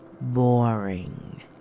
boring